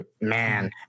Man